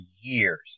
years